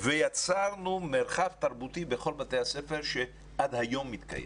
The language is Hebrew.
יצרנו מרחב תרבותי בכל בתי הספר שעד היום מתקיים.